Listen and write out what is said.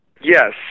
Yes